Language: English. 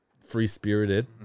free-spirited